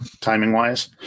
timing-wise